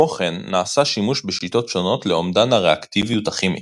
כמו כן נעשה שימוש בשיטות שונות לאומדן הריאקטיביות הכימית,